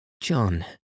John